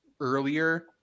earlier